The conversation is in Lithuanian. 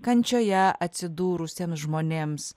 kančioje atsidūrusiems žmonėms